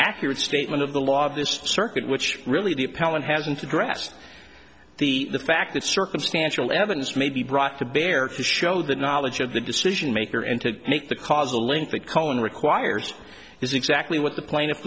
accurate statement of the law of this circuit which really the appellant hasn't addressed the fact that circumstantial evidence may be brought to bear to show the knowledge of the decision maker and to make the causal link that cullen requires is exactly what the pla